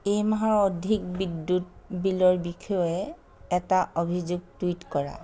এই মাহৰ অধিক বিদ্যুৎ বিলৰ বিষয়ে এটা অভিযোগ টুইট কৰা